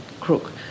crook